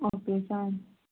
okay sir